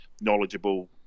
knowledgeable